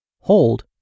hold